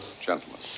Gentlemen